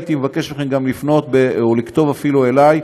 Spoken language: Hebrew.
הייתי מבקש מכם גם לפנות או לכתוב אפילו אלי,